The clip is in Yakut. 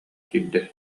киирдэ